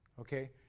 Okay